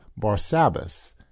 Barsabbas